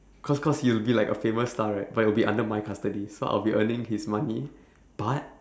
cause cause he will be like a famous star right but will be under my custody so I will be earning his money but